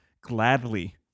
gladly